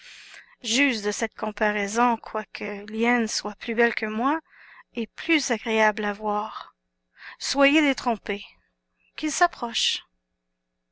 de cette comparaison quoique l'hyène soit plus belle que moi et plus agréable à voir soyez détrompé qu'il s'approche